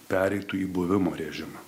pereitų į buvimo režimą